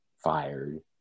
fired